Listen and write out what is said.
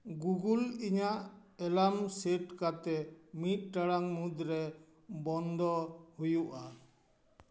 Google ᱤᱧᱟᱜ ᱮᱞᱟᱢ set ᱠᱟᱛᱮᱫ ᱢᱤᱫ ᱴᱟᱲᱟᱝ ᱢᱩᱫᱽᱨᱮ ᱵᱚᱱᱫᱚ ᱦᱩᱭᱩᱜᱼᱟ